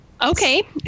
Okay